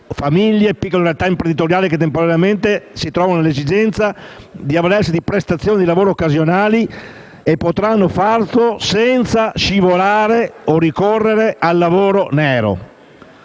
famiglie e piccole realtà imprenditoriali che temporaneamente si trovano nell'esigenza di avvalersi di prestazioni di lavoro occasionali senza ricorrere al lavoro nero.